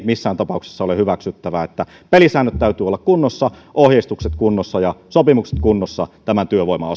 missään tapauksessa ole hyväksyttävää pelisääntöjen täytyy olla kunnossa ohjeistusten kunnossa ja sopimusten kunnossa tämän työvoiman